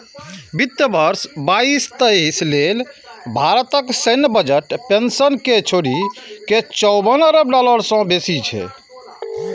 वित्त वर्ष बाईस तेइस लेल भारतक सैन्य बजट पेंशन कें छोड़ि के चौवन अरब डॉलर सं बेसी छै